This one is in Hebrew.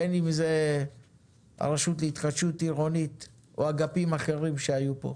בין אם זה הרשות להתחדשות עירונית או אגפים אחרים שהיו פה.